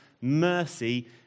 mercy